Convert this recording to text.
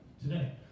today